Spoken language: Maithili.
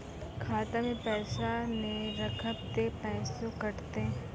खाता मे पैसा ने रखब ते पैसों कटते?